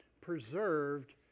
preserved